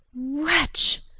wretch!